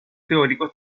teóricos